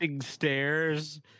stairs